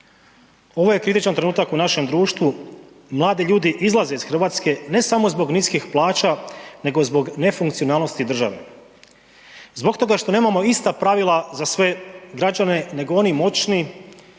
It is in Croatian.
Ovo je kritičan trenutak u našem društvu, mladi ljudi izlaze iz Hrvatske ne samo zbog niskih plaća nego zbog nefunkcionalnosti države, zbog toga što nemamo ista pravila za sve građane nego oni moćni